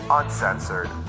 uncensored